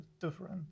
different